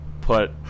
put